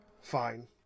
Fine